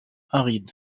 aride